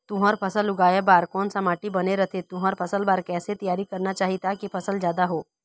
तुंहर फसल उगाए बार कोन सा माटी बने रथे तुंहर फसल बार कैसे तियारी करना चाही ताकि फसल जादा हो?